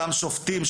אותם שופטים,